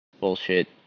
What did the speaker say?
Bullshit